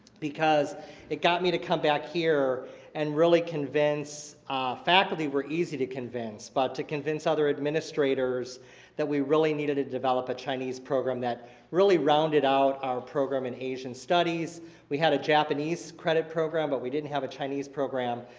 because it got me to come back here and really convince faculty were easy to convince but to convince other administrators that we really needed to develop a chinese program that really rounded out our program in asian studies we had a japanese credit program, but we didn't have a chinese program.